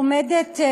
עומדת,